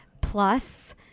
plus